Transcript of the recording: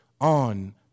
on